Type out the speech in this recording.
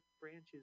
branches